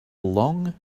long